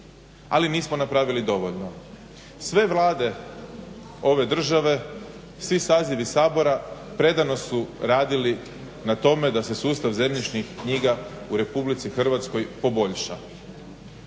ali nismo napravili dovoljno. Sve vlade ove države, svi sazivi Sabora predano su radili na tome da se sustav zemljišnih knjiga u Republici Hrvatskoj poboljša